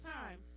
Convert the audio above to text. time